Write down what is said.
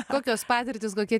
kokios patirtys kokie